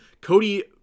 Cody